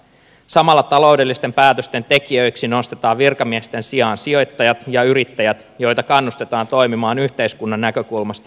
samalla taloudellisten päätösten tekijöiksi nostetaan virkamiesten sijaan sijoittajat ja yrittäjät joita kannustetaan toimimaan yh teiskunnan näkökulmasta fiksusti